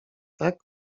tak